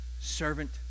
servant